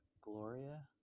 gloria